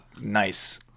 nice